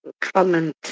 comment